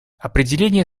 определение